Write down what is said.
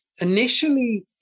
initially